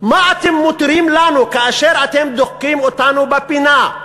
מה אתם מותירים לנו כאשר אתם דוחקים אותנו לפינה,